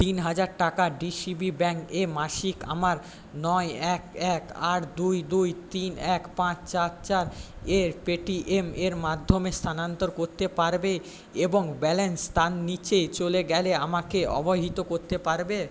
তিন হাজার টাকা ডিসিবি ব্যাঙ্কে মাসিক আমার নয় এক এক আট দুই দুই তিন এক পাঁচ চার চারে পেটিমের মাধ্যমে স্থানান্তর করতে পারবে এবং ব্যালেন্স তার নীচে চলে গেলে আমাকে অবহিত করতে পারবে